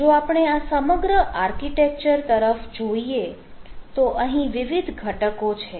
જો આપણે આ સમગ્ર આર્કિટેક્ચર તરફ જોઈએ તો અહીં વિવિધ ઘટકો છે